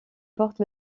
porte